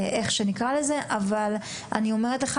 אבל אני אומרת לך,